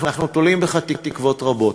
אנחנו תולים בך תקוות רבות.